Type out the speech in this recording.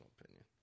opinion